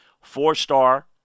Four-star